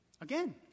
Again